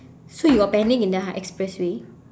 so you got panic in the high~ expressway